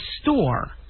store